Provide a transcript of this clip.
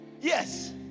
Yes